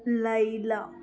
Laila